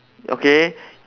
okay